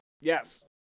Yes